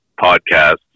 podcast